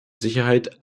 sicherheit